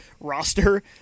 roster